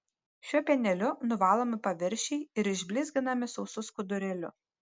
šiuo pieneliu nuvalomi paviršiai ir išblizginami sausu skudurėliu